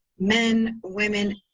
men, women,